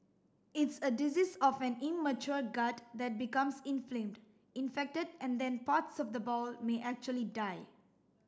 it's a disease of an immature gut that becomes inflamed infected and then parts of the bowel may actually die